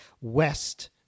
west